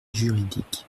juridique